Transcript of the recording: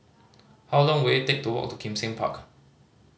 how long will it take to walk to Kim Seng Park